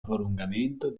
prolungamento